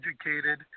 educated